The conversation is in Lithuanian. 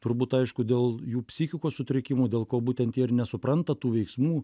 turbūt aišku dėl jų psichikos sutrikimų dėl ko būtent jie ir nesupranta tų veiksmų